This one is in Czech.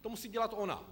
To musí udělat ona.